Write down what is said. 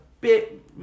bit